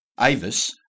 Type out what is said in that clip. Avis